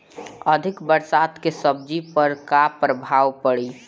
अधिक बरसात के सब्जी पर का प्रभाव पड़ी?